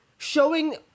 Showing